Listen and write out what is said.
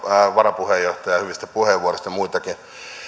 varapuheenjohtajaa hyvistä puheenvuoroista ja muitakin